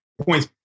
points